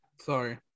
Sorry